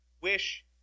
wish